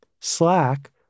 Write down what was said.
Slack